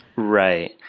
right.